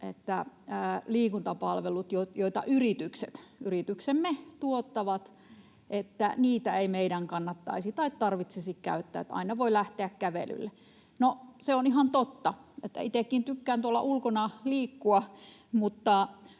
että liikuntapalveluita, joita yrityksemme tuottavat, ei meidän kannattaisi tai tarvitsisi käyttää ja että aina voi lähteä kävelylle. No, se on ihan totta, ja itsekin tykkään tuolla ulkona liikkua,